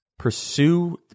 pursue